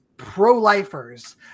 pro-lifers